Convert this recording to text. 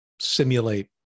simulate